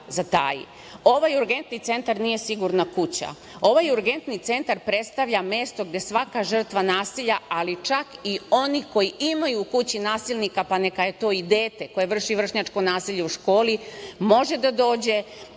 Urgentni centar nije „Sigurna kuća“. Ovaj Urgentni centar prestavlja mesto gde svaka žrtva nasilja, ali čak i onih koji imaju u kući nasilnika pa neka je to i dete na koje se vrši vršačko nasilje u školi može da dođe,